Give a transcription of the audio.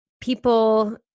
people